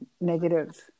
negative